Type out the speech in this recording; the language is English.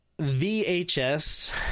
VHS